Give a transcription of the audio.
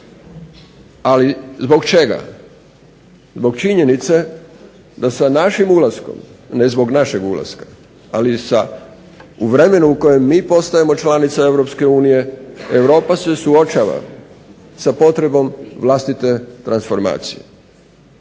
ali zbog čega? Zbog činjenice da sa našim ulaskom, ne zbog našeg ulaska, ali u vremenu u kojem mi postajemo članica EU Europa se suočava sa potrebom vlastite transformacije,